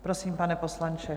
Prosím, pane poslanče.